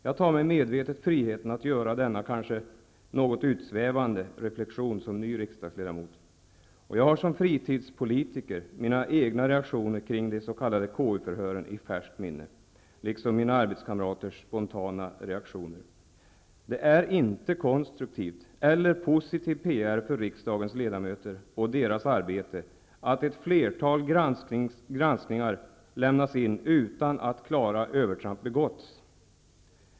Jag tar mig medvetet friheten att göra denna kanske något utsvävande reflexion som ny riksdagsledamot. Jag har som fritidspolitiker mina egna reaktioner kring de s.k. KU-förhören i färskt minne, liksom mina arbetskamraters spontana reaktioner. Det är inte konstruktivt, eller positiv PR för riksdagens ledamöter och deras arbete, att ett flertal granskningsanmälningar lämnas in utan att klara övertramp begåtts.